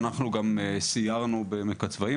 אנחנו גם סיירנו בעמק הצבאים,